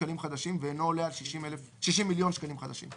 שקלים חדשים ואינו עולה על 60 מיליון שקלים חדשים,"